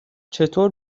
چطور